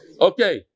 Okay